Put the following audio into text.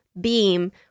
beam